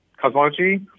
cosmology